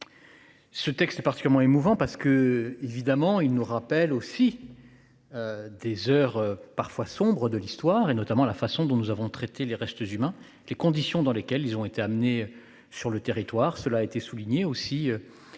Ce texte est particulièrement émouvant parce qu'il nous rappelle des heures sombres de l'Histoire, notamment la façon dont nous avons traité les restes humains et les conditions dans lesquelles ils ont été introduits sur notre territoire. Il a été souligné une